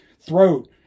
throat